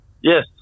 Yes